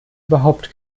überhaupt